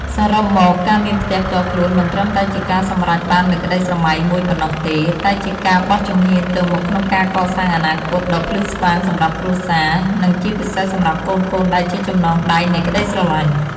សរុបមក ការមានផ្ទះផ្ទាល់ខ្លួនមិនត្រឹមតែជាការសម្រេចបាននូវក្តីស្រមៃមួយប៉ុណ្ណោះទេ តែជាការបោះជំហានទៅមុខក្នុងការកសាងអនាគតដ៏ភ្លឺស្វាងសម្រាប់គ្រួសារ និងជាពិសេសសម្រាប់កូនៗដែលជាចំណងដៃនៃក្តីស្រឡាញ់។